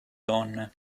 donne